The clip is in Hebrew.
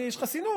לי יש חסינות.